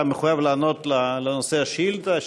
אתה מחויב לענות לנושא השאילתה.